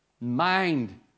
mind